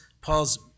Paul's